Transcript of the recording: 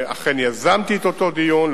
ואכן יזמתי את אותו דיון,